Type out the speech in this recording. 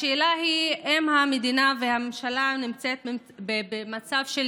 השאלה היא אם כשהמדינה והממשלה נמצאות במצב של